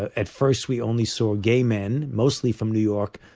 at first we only saw gay men, mostly from new york,